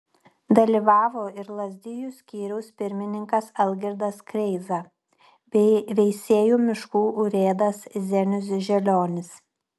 dalyvavo ir lazdijų skyriaus pirmininkas algirdas kreiza bei veisiejų miškų urėdas zenius želionis